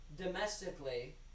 domestically